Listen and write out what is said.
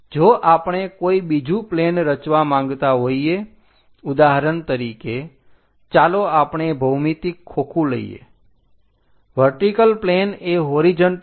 જો આપણે કોઈ બીજું પ્લેન રચવા માંગતા હોઈએ ઉદાહરણ તરીકે ચાલો આપણે ભૌમિતિક ખોખું લઈએ વર્ટીકલ પ્લેન એ હોરીજન્ટલ સાથે 90 ડિગ્રી છે